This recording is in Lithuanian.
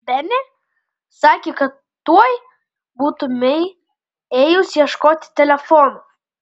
benė sakė kad tuoj būtumei ėjus ieškoti telefono